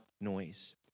noise